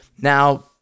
Now